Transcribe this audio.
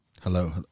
Hello